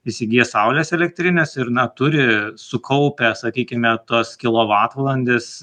įsigiję saulės elektrines ir na turi sukaupę sakykime tas kilovatvalandes